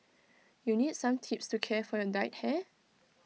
you need some tips to care for your dyed hair